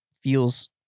feels